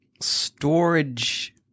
storage